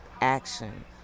action